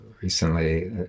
recently